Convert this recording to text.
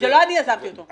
לא אני יזמתי אותו.